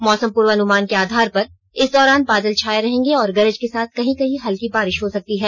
मौसम पूर्वानुमान के आधार पर इस दौरान बादल छाये रहेंगे और गरज के साथ कहीं कहीं हल्की बारिष हो सकती है